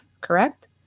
correct